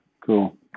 Cool